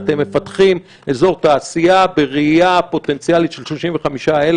אתם מפתחים אזור תעשייה בראייה פוטנציאלית של 35,000,